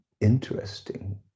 interesting